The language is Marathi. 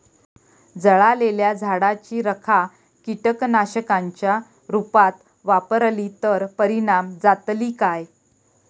जळालेल्या झाडाची रखा कीटकनाशकांच्या रुपात वापरली तर परिणाम जातली काय?